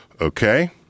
Okay